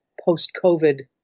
post-COVID